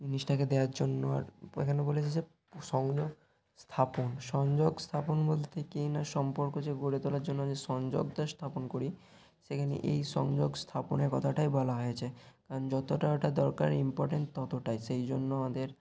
জিনিসটাকে দেয়ার জন্য আর এখানে বলেছে যে সংযোগ স্থাপন সংযোগ স্থাপন বলতে কি না সম্পর্ক যে গড়ে তোলার জন্য যে সংযোগটা স্থাপন করি সেখান এই সংযোগ স্থাপনের কথাটাই বলা হয়েছে কারণ যতটা ওটা দরকার ইম্পর্ট্যান্ট ততটাই সেই জন্য ওদের